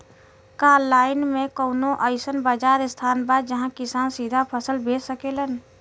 का आनलाइन मे कौनो अइसन बाजार स्थान बा जहाँ किसान सीधा फसल बेच सकेलन?